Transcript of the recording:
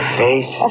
face